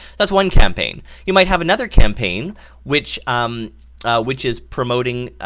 that's one campaign, you might have another campaign which um which is promoting,